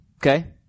Okay